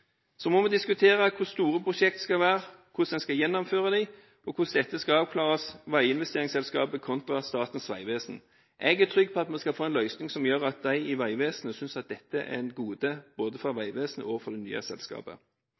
Så må vi diskutere hvor store prosjekter skal være, hvordan en skal gjennomføre dem og hvordan dette skal avklares – veiinvesteringsselskapet kontra Statens vegvesen. Jeg er trygg på at vi skal få en løsning som gjør at de i Vegvesenet synes at dette er et gode for både Vegvesenet og nye selskapet.